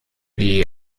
die